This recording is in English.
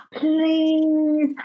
Please